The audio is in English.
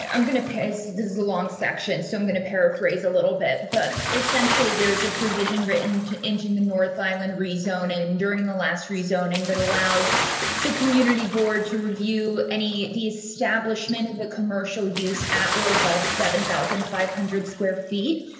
and i'm going to pass this along section. so i'm going to paraphrase a little bit, but essentially, there's a provision written to engine the north violin rezoning during the last rezoning that allows the community board to review any establishment of the commercial use at, or above seven thousand five hundred square feet.